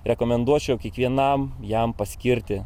rekomenduočiau kiekvienam jam paskirti